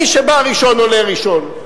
מי שבא ראשון, עולה ראשון.